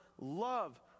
love